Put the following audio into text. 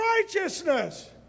righteousness